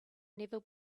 never